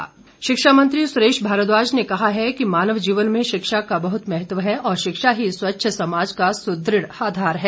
शिक्षा मंत्री शिक्षा मंत्री सुरेश भारद्वाज ने कहा है कि मानव जीवन में शिक्षा का बहुत महत्व है और शिक्षा ही स्वच्छ समाज का सुदृढ़ आधार है